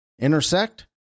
intersect